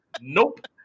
nope